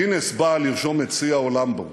גינס בא לרשום את שיא העולם בו.